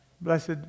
blessed